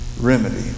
remedy